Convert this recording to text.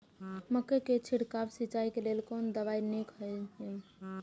मक्का के छिड़काव सिंचाई के लेल कोन दवाई नीक होय इय?